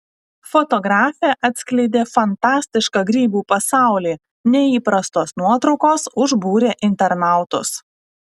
fotografė atskleidė fantastišką grybų pasaulį neįprastos nuotraukos užbūrė internautus